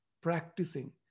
practicing